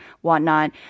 whatnot